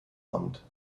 amt